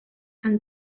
han